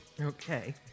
Okay